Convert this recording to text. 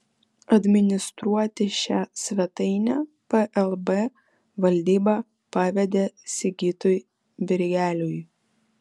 administruoti šią svetainę plb valdyba pavedė sigitui birgeliui